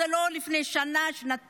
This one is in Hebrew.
זה לא לפני שנה-שנתיים,